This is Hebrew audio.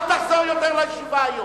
אל תחזור לישיבה היום.